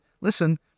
listen